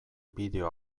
bideo